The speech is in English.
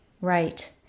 right